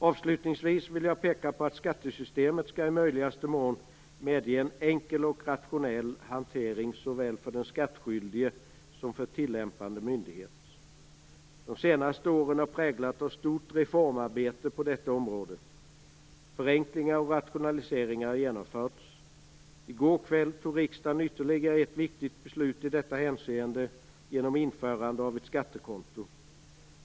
Avslutningsvis vill jag peka på att skattesystemet i möjligaste mån skall medge en enkel och rationell hantering såväl för den skattskyldige som för tillämpande myndighet. De senaste åren har präglats av ett stort reformarbete på detta område. Förenklingar och rationaliseringar har genomförts. I går kväll fattade riksdagen ytterligare ett viktigt beslut i detta hänseende genom införandet av ett skattekonto.